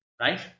right